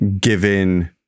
given